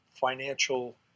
financial